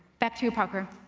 back to you, parker.